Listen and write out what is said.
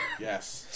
Yes